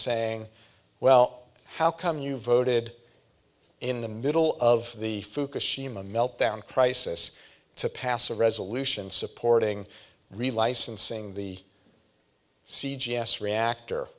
saying well how come you voted in the middle of the fukushima meltdown crisis to pass a resolution supporting relicensing the c g s reactor